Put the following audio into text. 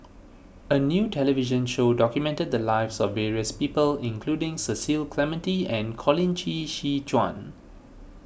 a new television show documented the lives of various people including Cecil Clementi and Colin Qi She Quan